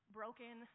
broken